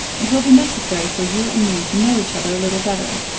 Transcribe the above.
it will be necessary for you and me to know each other a little better.